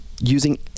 Using